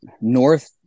North